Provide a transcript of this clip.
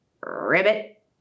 Ribbit